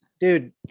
Dude